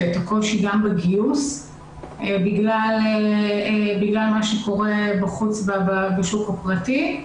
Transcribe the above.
את הקושי בגיוס בגלל מה שקורה בשוק הפרטי.